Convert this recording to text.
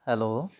hello